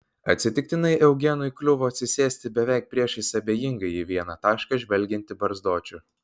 atsitiktinai eugenui kliuvo atsisėsti beveik priešais abejingai į vieną tašką žvelgiantį barzdočių